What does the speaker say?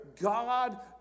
God